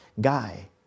Guy